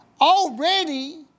already